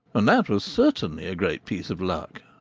and that was certainly a great piece of luck.